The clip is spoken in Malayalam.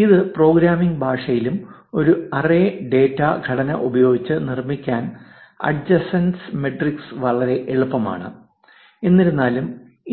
ഏത് പ്രോഗ്രാമിംഗ് ഭാഷയിലും ഒരു അറേ ഡാറ്റ ഘടന ഉപയോഗിച്ച് നിർമ്മിക്കാൻ അഡ്ജസൻസി മാട്രിക്സ് വളരെ എളുപ്പമാണ് എന്നിരുന്നാലും